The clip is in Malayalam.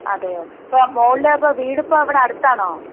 അതെയോ ഇപ്പോൾ മോളുടെ അപ്പോൾ വീടിപ്പോൾ ഇവിടെ അടുത്താണോ